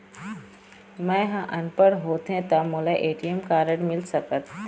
मैं ह अनपढ़ होथे ता मोला ए.टी.एम कारड मिल सका थे?